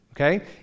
okay